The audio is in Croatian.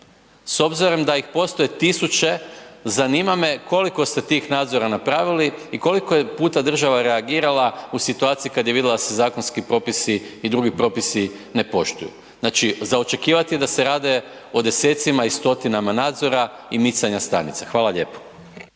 s obzirom da ih postoji 1000, zanima me koliko ste tih nadzora napravili i koliko je puta država reagirala u situaciji kad je vidjela da se zakonski propisi i drugi propisi ne poštuju? Znači za očekivati je da se rade o desecima i stotinama nadzora i micanja stanica, hvala lijepo.